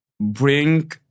bring